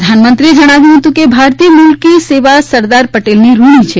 પ્રધાનમંત્રીએ જણાવ્યું હતું કે ભારતીય મુલકી સેવા સરદાર પટેલનીઋણી છે